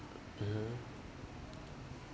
(uh huh)